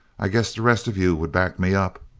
i guess the rest of you would back me up?